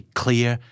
clear